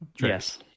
Yes